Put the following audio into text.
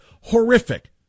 horrific